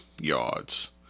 yards